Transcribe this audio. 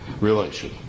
relation